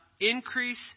increase